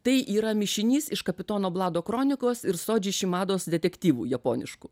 tai yra mišinys iš kapitono vlado kronikos ir sodži šimados detektyvų japoniškų